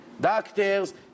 doctors